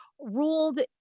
ruled